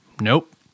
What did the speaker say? Nope